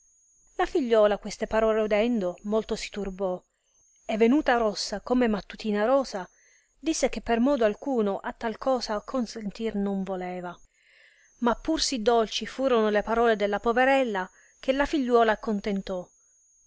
la figliuola queste parole udendo molto si turbò e venuta rossa come mattutina rosa disse che per modo alcuno a tal cosa consentir non voleva ma pur sì dolci furono le parole della poverella che la figliuola accontentò